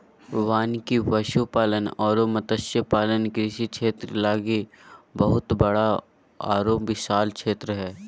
वानिकी, पशुपालन अरो मत्स्य पालन कृषि क्षेत्र लागी बहुत बड़ा आरो विशाल क्षेत्र हइ